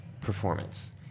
performance